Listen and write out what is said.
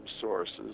sources